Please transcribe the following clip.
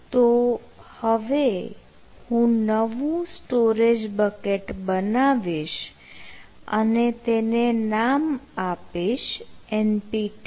તો હવે હું નવું સ્ટોરેજ બકેટ બનાવીશ અને તેને નામ આપીશ NPTEL